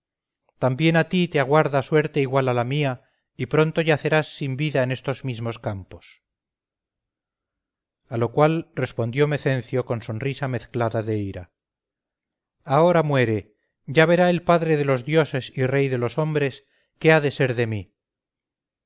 también a ti te aguarda suerte igual a la mía y pronto yacerás sin vida en estos mismos campos a lo cual respondió mecencio con sonrisa mezclada de ira ahora muere ya verá el padre de los dioses y rey de los hombres qué ha de ser de mí